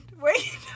Wait